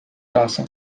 каси